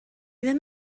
ddim